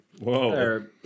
Whoa